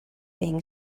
being